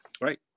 Right